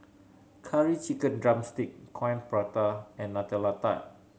Curry Chicken drumstick Coin Prata and Nutella Tart